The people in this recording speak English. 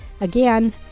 Again